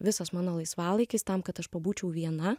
visas mano laisvalaikis tam kad aš pabūčiau viena